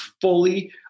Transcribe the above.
fully